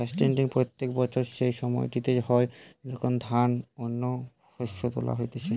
harvesting প্রত্যেক বছর সেই সময়টিতে হয় যখন ধান বা অন্য শস্য তোলা হতিছে